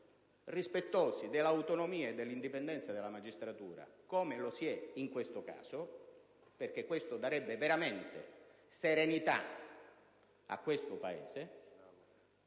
rispettosi dell'autonomia e dell'indipendenza della magistratura come lo si è in questo caso, perché ciò darebbe veramente molta serenità a questo Paese.